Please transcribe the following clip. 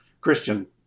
Christian